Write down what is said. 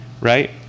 Right